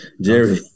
Jerry